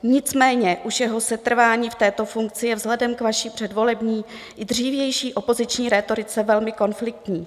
Nicméně už jeho setrvání v této funkci je vzhledem k vaší předvolební i dřívější opoziční rétorice velmi konfliktní.